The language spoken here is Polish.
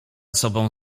sobą